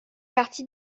partie